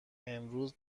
امروز